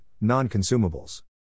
Non-Consumables